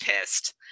pissed